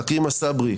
עכרמה סברי,